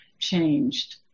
changed